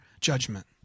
judgment